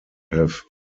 have